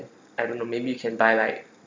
I don't know maybe you can buy like